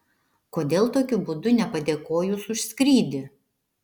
kodėl tokiu būdu nepadėkojus už skrydį